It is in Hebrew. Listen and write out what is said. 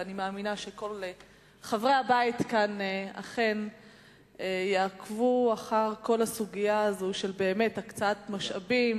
ואני מאמינה שכל חברי הבית יעקבו אחרי סוגיית הקצאת המשאבים